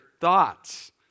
thoughts